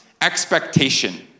expectation